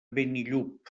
benillup